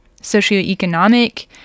socioeconomic